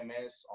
MS